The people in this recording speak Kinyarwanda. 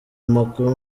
makuru